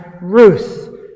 Ruth